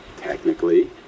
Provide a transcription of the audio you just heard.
technically